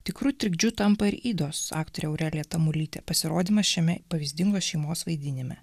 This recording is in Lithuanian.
tikru trikdžiu tampa ir ydos aktorė aurelija tamulytė pasirodymas šiame pavyzdingos šeimos vaidinime